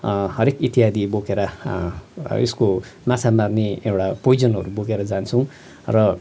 हरेक इत्यादि बोकेर यसको माछा मार्ने एउटा पोइजनहरू बोकेर जान्छौँ र